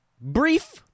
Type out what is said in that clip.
brief